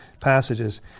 passages